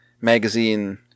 magazine